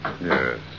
Yes